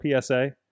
psa